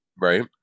Right